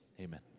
Amen